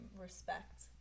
respect